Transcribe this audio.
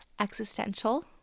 existential